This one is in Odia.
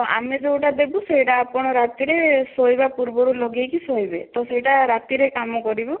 ତ ଆମେ ଯୋଉଟା ଦେବୁ ସେଇଟା ଆପଣ ରାତିରେ ଶୋଇଲା ପୂର୍ବରୁ ଲଗେଇକି ଶୋଇବେ ତ ସେଇଟା ରାତିରେ କାମ କରିବ